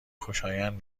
خوشایند